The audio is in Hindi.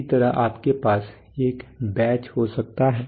इसी तरह आपके पास एक बैच हो सकता है